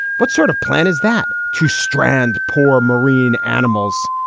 what sort of plan is that to strand poor marine animals?